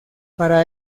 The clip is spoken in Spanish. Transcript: para